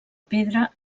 pedra